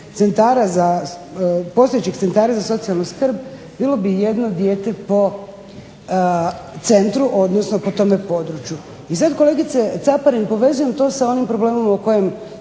postojećih centara za socijalnu skrb bilo bi jedno dijete po centru, odnosno po tome području. I sad kolegice Caparin povezujem to sa onim problemom o kojem